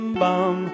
bum